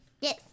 Yes